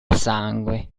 sangue